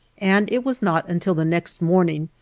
and it was not until the next morning,